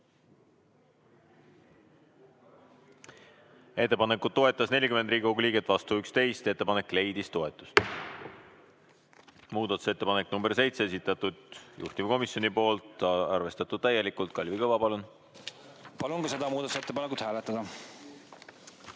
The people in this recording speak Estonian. Ettepanekut toetas 40 Riigikogu liiget, vastu oli 11, ettepanek leidis toetust. Muudatusettepanek nr 7, esitanud juhtivkomisjon, arvestatud täielikult. Kalvi Kõva, palun! Palun ka seda muudatusettepanekut hääletada.